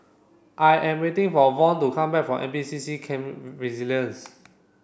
I am waiting for Von to come back from N P C C Camp Resilience